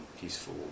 peaceful